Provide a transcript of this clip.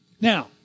Now